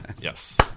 Yes